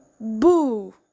Boo